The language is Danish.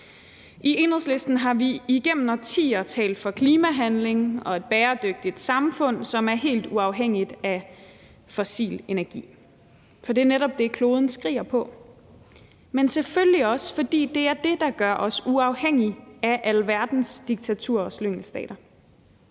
I Enhedslisten har vi igennem årtier talt for klimahandling og et bæredygtigt samfund, som er helt uafhængigt af fossil energi, både fordi det netop er det, kloden skriger på, men selvfølgelig også, fordi det er det, der gør os uafhængige af alverdens diktaturer og slyngelstater.